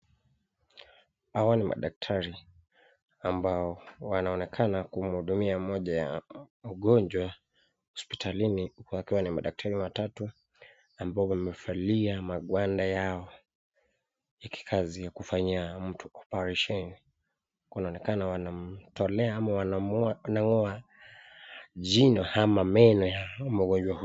Hawa ni madaktari, ambao wanaonekana kumhudumia mmoja ya mgonjwa hospitalini, wakiwa ni madaktari watatu ambao wamevalia magwanda yao ya kikazi ya kumfanyia mtu operesheni. Kunaonekana wanamtolea ama wanamng'oa jino ama meno ya mgonjwa huyu.